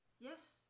Yes